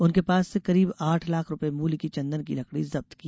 उनके पास से करीब आठ लाख रूपये मुल्य की चन्दन की लकड़ी जब्त की